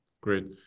great